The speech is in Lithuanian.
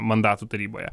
mandatų taryboje